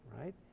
right